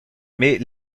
mais